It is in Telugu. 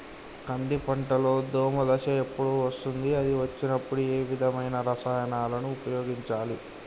కంది పంటలో దోమ దశ ఎప్పుడు వస్తుంది అది వచ్చినప్పుడు ఏ విధమైన రసాయనాలు ఉపయోగించాలి?